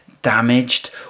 damaged